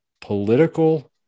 political